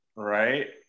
right